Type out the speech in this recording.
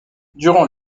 durant